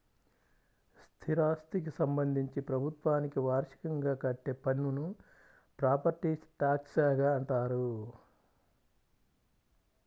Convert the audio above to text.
స్థిరాస్థికి సంబంధించి ప్రభుత్వానికి వార్షికంగా కట్టే పన్నును ప్రాపర్టీ ట్యాక్స్గా అంటారు